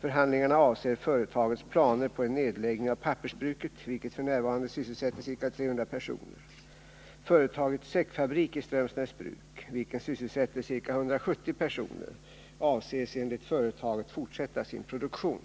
Förhandlingarna avser företagets planer på en nedläggning av pappersbruket, vilket f. n. sysselsätter ca 300 personer. Företagets säckfabrik i Strömsnäsbruk, vilken sysselsätter ca 170 personer, avses enligt företaget fortsätta sin produktion.